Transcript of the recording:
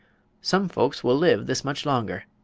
some folks will live this much longer.